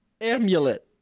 amulet